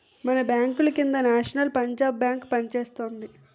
మన బాంకుల కింద నేషనల్ పంజాబ్ బేంకు పనిచేస్తోంది